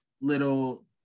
little